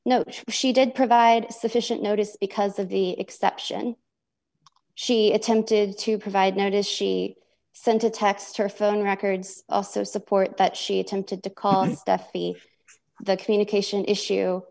no she did provide sufficient notice because of the exception she attempted to provide notice she sent a text her phone records also support that she attempted to call steffi the communication issue